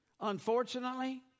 Unfortunately